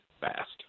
fast